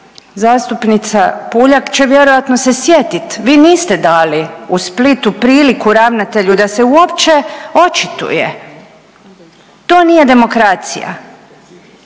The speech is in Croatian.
zastupnica Puljak će vjerojatno se sjetit, vi niste dali u Splitu priliku ravnatelju da se uopće očituje, to nije demokracija.